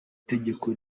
itegeko